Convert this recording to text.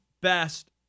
best